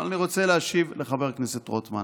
אבל אני רוצה להשיב לחבר הכנסת רוטמן